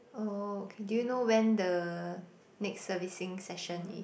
oh okay do you know when the next servicing session is